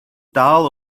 дал